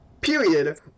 period